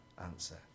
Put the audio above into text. answer